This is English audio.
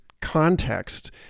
context